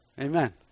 amen